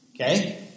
Okay